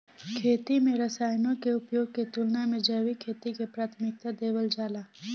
खेती में रसायनों के उपयोग के तुलना में जैविक खेती के प्राथमिकता देवल जाला